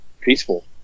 peaceful